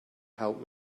help